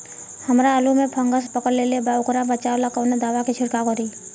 हमरा आलू में फंगस पकड़ लेले बा वोकरा बचाव ला कवन दावा के छिरकाव करी?